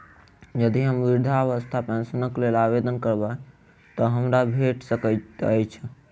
यदि हम वृद्धावस्था पेंशनक लेल आवेदन करबै तऽ हमरा भेट सकैत अछि?